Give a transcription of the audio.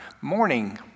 morning